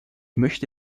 möchte